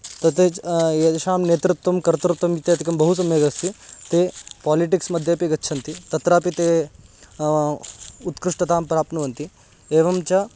तत् ते च एषां नेतृत्वं कर्तृत्वम् इत्यादिकं बहु सम्यगस्ति ते पोलिटिक्स् मध्येपि गच्छन्ति तत्रापि ते उत्कृष्टतां प्राप्नुवन्ति एवं च